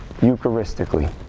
eucharistically